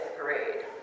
grade